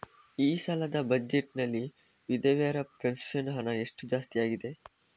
ಈ ಸಲದ ಬಜೆಟ್ ನಲ್ಲಿ ವಿಧವೆರ ಪೆನ್ಷನ್ ಹಣ ಎಷ್ಟು ಜಾಸ್ತಿ ಆಗಿದೆ?